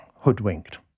hoodwinked